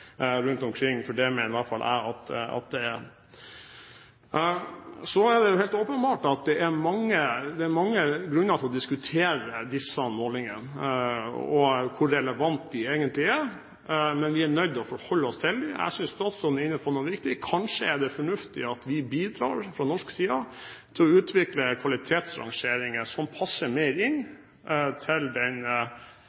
rundt omkring, for det mener i alle fall ikke jeg at det er. Det er helt åpenbart at det er mange grunner til å diskutere disse målingene, hvor relevante de egentlig er, men vi er nødt til å forholde oss til dem. Jeg synes statsråden er inne på noe viktig: Kanskje er det fornuftig at vi bidrar fra norsk side til å utvikle kvalitetsrangeringer som passer mer